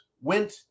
went